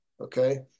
okay